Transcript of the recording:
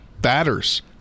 batters